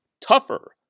tougher